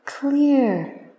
clear